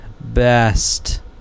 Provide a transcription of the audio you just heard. best